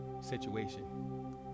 situation